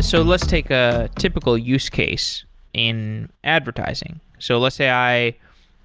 so let's take a typical use case in advertising. so let's say